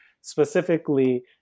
specifically